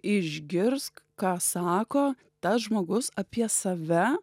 išgirsk ką sako tas žmogus apie save